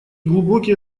глубокие